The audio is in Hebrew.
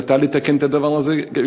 לתקן את הדבר הזה בהצעת חוק ממשלתית?